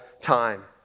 time